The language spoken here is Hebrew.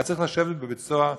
היה צריך לשבת בבית סוהר,